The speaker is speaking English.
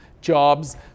jobs